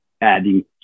adding